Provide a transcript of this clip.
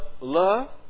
love